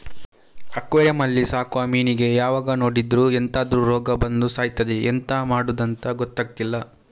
aquarium ಅಲ್ಲಿ ಸಾಕುವ ಮೀನಿಗೆ ಯಾವಾಗ ನೋಡಿದ್ರೂ ಎಂತಾದ್ರೂ ರೋಗ ಬಂದು ಸಾಯ್ತದೆ ಎಂತ ಮಾಡುದಂತ ಗೊತ್ತಾಗ್ತಿಲ್ಲ